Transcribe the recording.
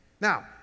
Now